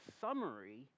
summary